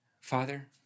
Father